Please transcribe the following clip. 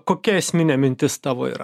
kokia esminė mintis tavo yra